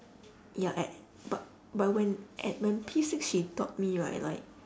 ya an~ but but when at when P six she taught me right like